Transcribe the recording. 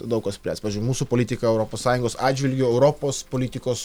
daug ko spręs pavyzdžiui mūsų politiką europos sąjungos atžvilgiu europos politikos